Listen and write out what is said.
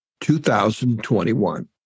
2021